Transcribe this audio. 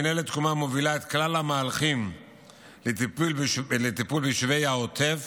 מינהלת תקומה מובילה את כל המהלכים לטיפול ביישובי העוטף,